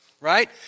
right